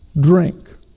drink